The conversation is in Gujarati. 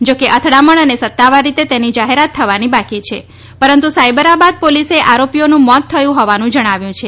જોકે અથડામણ અને સત્તાવાર રીતે તેની જાહેરાત થવાની બાકી છે પરંતુ સાયબરાબાદ પોલીસે આરોપીઓનું મોત થયું હોવાનું જણાવ્યું છે